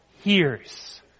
hears